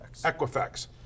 Equifax